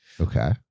Okay